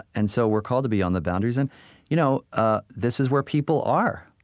and so we're called to be on the boundaries, and you know ah this is where people are.